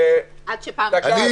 כולם רוצים לעזור לך, אדוני ראש העיר.